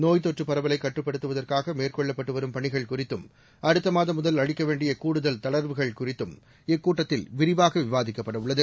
நோய் தொற்று பரவலை கட்டுப்படுத்துவதற்காக மேற்கொள்ளப்பட்டு வரும் பணிகள் குறித்தும் அடுத்த மாதம் முதல் அளிக்க வேண்டிய கூடுதல் தளா்வுகள் குறித்தும் இக்கூட்டத்தில் விரிவாக விவாதிக்கப்படவுள்ளது